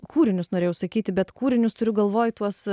kūrinius norėjau sakyti bet kūrinius turiu galvoj tuos